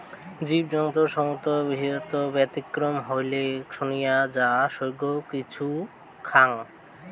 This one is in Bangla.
জীবজন্তু সম্পদ হিছাবে ব্যতিক্রম হইলেক শুয়োর যা সৌগ কিছু খায়ং